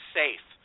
safe